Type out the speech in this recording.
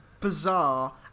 bizarre